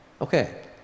Okay